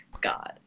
God